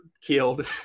killed